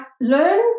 learn